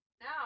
now